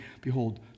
Behold